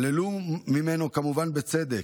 שללו ממנו, כמובן שבצדק,